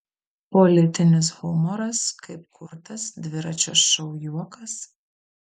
politinis humoras kaip kurtas dviračio šou juokas